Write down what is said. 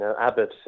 Abbott